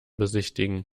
besichtigen